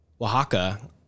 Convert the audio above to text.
Oaxaca